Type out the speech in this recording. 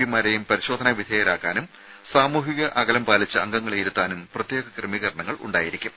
പിമാരെയും പരിശോധനാ വിധേയരാക്കാനും സാമൂഹിക അകലം പാലിച്ച് അംഗങ്ങളെ ഇരുത്താനും പ്രത്യേക ക്രമീകരണങ്ങൾ ഉണ്ടായിരിക്കും